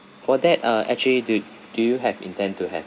for that uh actually do do you have intend to have